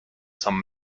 some